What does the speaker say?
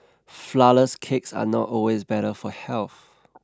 flourless cakes are not always better for health